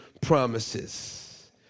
promises